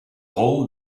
hole